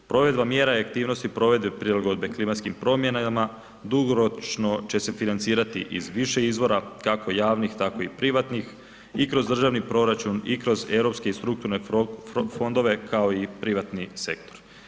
Provedba mjera i aktivnosti provedbe prilagodbe klimatskim promjenama dugoročno će se financirati iz više izvora, kako javnih, tako i privatnih, i kroz državni proračun, i kroz europske i strukturne fondove, kao i privatni sektor.